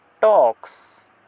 talks